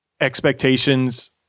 expectations